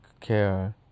care